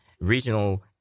regional